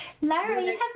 Larry